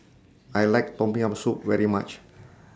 I like Tom Yam Soup very much